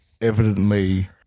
evidently